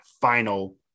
final